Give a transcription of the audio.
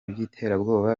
by’iterabwoba